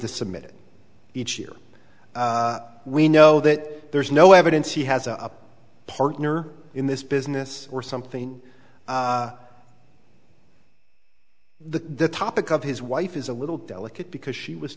to submit it each year we know that there's no evidence he has a partner in this business or something the topic of his wife is a little delicate because she was